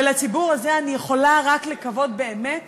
לציבור הזה, אני יכולה רק לקוות באמת